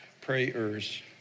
Prayers